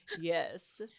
yes